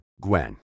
Gwen